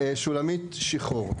שלומית שיחור.